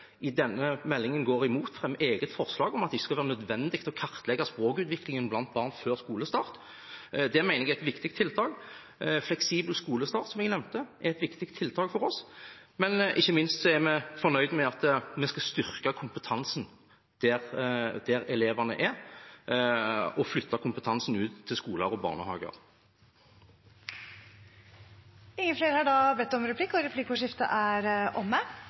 eget forslag om at det ikke skal være nødvendig å kartlegge språkutviklingen hos barn før skolestart. Det mener jeg er et viktig tiltak. Fleksibel skolestart, som jeg nevnte, er et viktig tiltak for oss. Men ikke minst er vi fornøyd med at vi skal styrke kompetansen der elevene er, og flytte kompetansen ut til skoler og barnehager. Replikkordskiftet er omme. Skolen er viktig for barns utvikling, både faglig og